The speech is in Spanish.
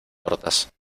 tortas